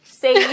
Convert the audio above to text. say